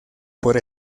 por